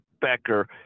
becker